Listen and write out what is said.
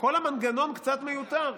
כל המנגנון קצת מיותר,